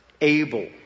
able